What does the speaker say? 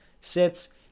sits